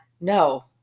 No